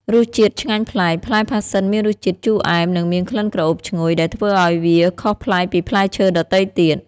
រសជាតិឆ្ងាញ់ប្លែក ផ្លែផាសសិនមានរសជាតិ ជូរអែម និងមាន ក្លិនក្រអូបឈ្ងុយ ដែលធ្វើឱ្យវាខុសប្លែកពីផ្លែឈើដទៃទៀត។